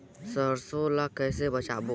सरसो ला कइसे बेचबो?